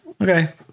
Okay